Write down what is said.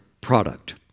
product